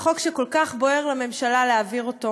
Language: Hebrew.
חוק שכל כך בוער לממשלה להעביר אותו,